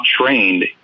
trained